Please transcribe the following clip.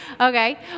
Okay